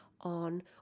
on